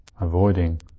avoiding